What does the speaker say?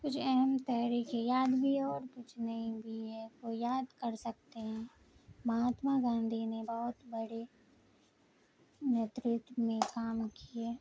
کچھ اہم تحریک یاد بھی ہے اور کچھ نہیں بھی ہے وہ یاد کر سکتے ہیں مہاتما گاندھی نے بہت بڑے نترتو میں کام کیے